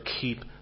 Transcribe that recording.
keep